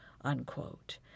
unquote